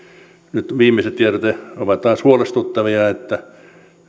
nyt viimeiset tiedot ovat taas huolestuttavia se